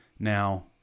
Now